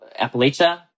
Appalachia